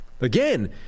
again